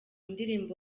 indirimbo